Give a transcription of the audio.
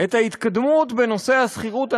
את ההתקדמות בנושא השכירות,